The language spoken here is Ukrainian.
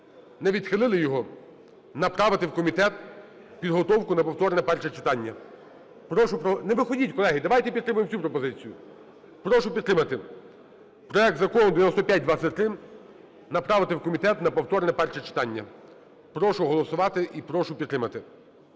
не відхилили його, направити в комітет підготовку на повторне перше читання. Прошу... Не виходіть, колеги, давайте підтримаємо цю пропозицію. Прошу підтримати: проект Закону 9523 направити в комітет на повторне перше читання. Прошу голосувати і прошу підтримати.